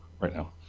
right now.